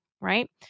right